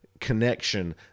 Connection